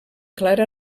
clara